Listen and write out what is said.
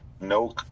no